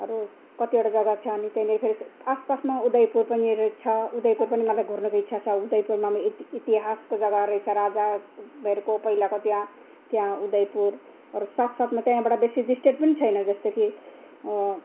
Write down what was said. अरू कतिवटा जग्गा छ नि त्यहाँनिर फेरि आसपासमा उदयपुर पनि रहेछ उदयपुर पनि मलाई घुम्नुको इच्छा छ उदयपुरमा नि इतिहासको जग्गा रहेछ राजाहरूको पहिलाको त्यहाँ त्यहाँ उदयपुरहरू साथसाथमा त्यहाँबाट बेसी डिस्टेन्स पनि छैन जस्तै कि